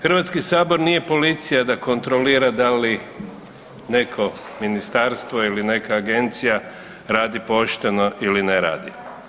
Hrvatski sabor nije policija da kontrolira da li neko ministarstvo ili neka agencija radi pošteno ili ne radi.